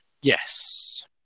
Yes